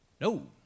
No